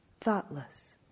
thoughtless